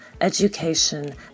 education